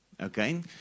Okay